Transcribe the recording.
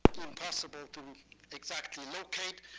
impossible to exactly locate,